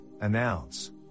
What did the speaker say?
announce